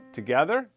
Together